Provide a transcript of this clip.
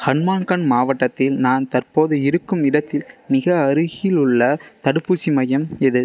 ஹன்மான்கான் மாவட்டத்தின் நான் தற்போது இருக்கும் இடத்தில் மிக அருகில் உள்ள தடுப்பூசி மையம் எது